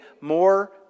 more